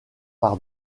par